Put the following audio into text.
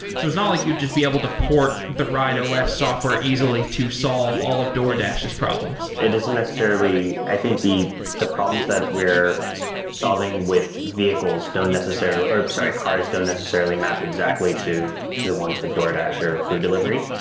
so it's not like you just be able to port the rideos software easily to solve all of doordash's problems it doesn't necessarily i think the the problems that we're solving with vehicles don't necessarily, or sorry cars don't necessarily map exactly to to the ones with doordash, or food delivery.